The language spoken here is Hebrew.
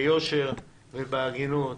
ביושר ובהגינות.